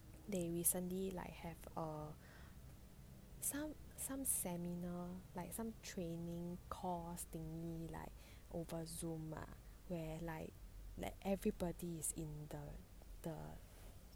they recently like have er some some seminar like some training course thingy like over zoom where everybody is in the the